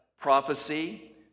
prophecy